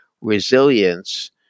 resilience